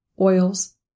oils